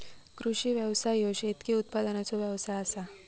कृषी व्यवसाय ह्यो शेतकी उत्पादनाचो व्यवसाय आसा